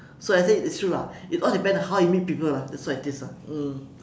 so I say it's true lah it all depends how you meet people lah that's what it is lah mm